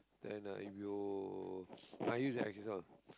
then uh if you use the